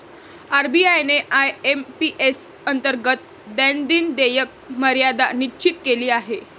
RBI ने IMPS अंतर्गत दैनंदिन देयक मर्यादा निश्चित केली आहे